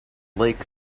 lake